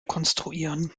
konstruieren